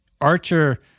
Archer